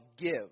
give